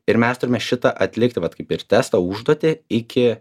ir mes turime šitą atlikti vat kaip ir testo užduotį iki